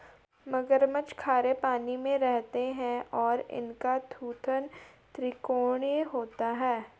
मगरमच्छ खारे पानी में रहते हैं और इनका थूथन त्रिकोणीय होता है